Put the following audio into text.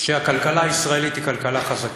שהכלכלה הישראלית היא כלכלה חזקה.